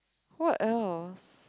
what else